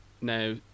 now